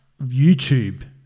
youtube